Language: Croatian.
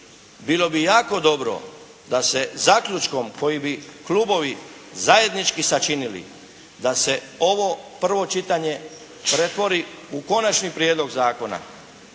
Bilo bi jako dobro da se zaključkom koji bi klubovi zajednički sačinili da se ovo prvo čitanje pretvori u Konačni prijedlog zakona,